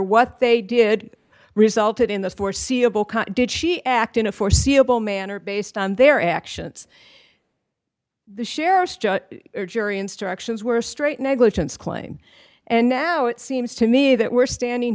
what they did resulted in the foreseeable did she act in a foreseeable manner based on their actions the sheriff's jury instructions were straight negligence claim and now it seems to me that we're standing